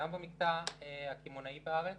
גם במקטע הקמעונאי בארץ